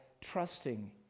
trusting